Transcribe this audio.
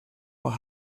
were